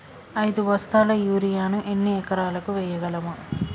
ఐదు బస్తాల యూరియా ను ఎన్ని ఎకరాలకు వేయగలము?